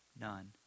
none